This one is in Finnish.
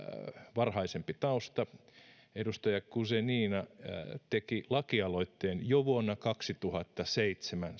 varhaisempi tausta edustaja guzenina teki samasta asiasta lakialoitteen jo vuonna kaksituhattaseitsemän